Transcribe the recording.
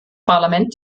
parlament